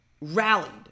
rallied